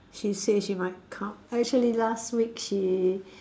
she say she might come actually last week she